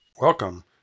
Welcome